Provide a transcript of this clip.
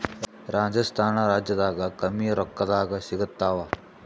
ರಾಜಸ್ಥಾನ ರಾಜ್ಯದಾಗ ಕಮ್ಮಿ ರೊಕ್ಕದಾಗ ಸಿಗತ್ತಾವಾ?